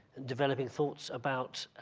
developing thoughts about